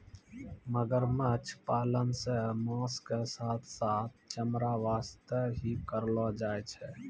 मगरमच्छ पालन सॅ मांस के साथॅ साथॅ चमड़ा वास्तॅ ही करलो जाय छै